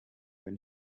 when